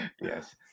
Yes